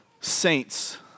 saints